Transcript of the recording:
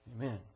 Amen